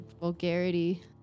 vulgarity